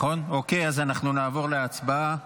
אנחנו נעבור להצבעה.